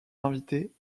invités